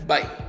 Bye